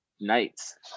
nights